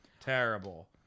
terrible